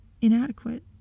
inadequate